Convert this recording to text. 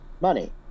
money